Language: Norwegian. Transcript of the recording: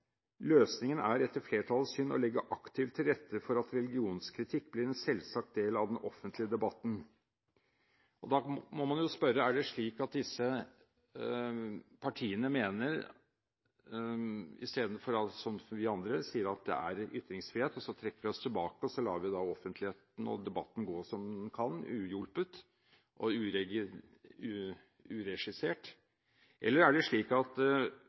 Løsningen er, etter flertallets syn, å legge aktivt til rette for at religionskritikk blir en selvsagt del av den offentlige debatten.» Da må man spørre: Er det slik at disse partiene i komiteen, Arbeiderpartiet, Venstre, Sosialistisk Venstreparti og Miljøpartiet De Grønne, ser for seg – i motsetning til det vi andre sier, at det er ytringsfrihet, og så trekker vi oss tilbake og lar debatten i offentligheten gå som den kan, uhjulpet og uregissert – at